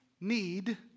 need